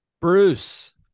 Bruce